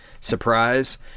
surprise